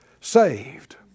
saved